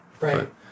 right